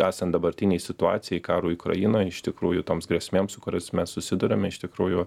esant dabartinei situacijai karui ukrainoj iš tikrųjų toms grėsmėms su kuriais mes susiduriame iš tikrųjų